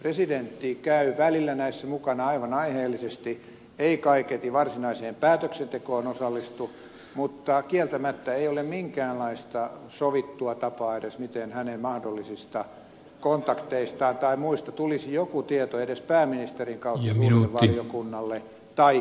presidentti käy välillä näissä mukana aivan aiheellisesti ei kaiketi varsinaiseen päätöksentekoon osallistu mutta kieltämättä ei ole minkäänlaista sovittua tapaa edes miten hänen mahdollisista kontakteistaan tai muista tulisi joku tieto edes pääministerin kautta suurelle valiokunnalle tai kirjallisesti